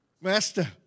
Master